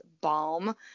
balm